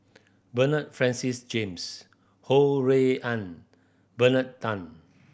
Bernard Francis James Ho Rui An Bernard Tan